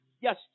Yes